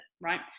right